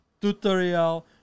tutorial